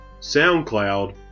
SoundCloud